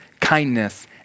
kindness